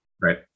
right